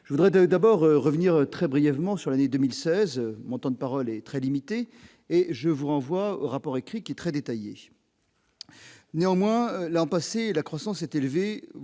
je voudrais d'abord revenir très brièvement sur l'année 2016 mon temps de parole est très limité, et je vous renvoie au rapport écrit qui est très détaillé néanmoins l'an passé, la croissance était levée,